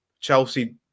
Chelsea